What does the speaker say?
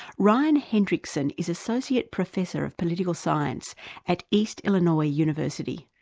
ryan hendrickson is associate professor of political science at east illinois university.